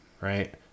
right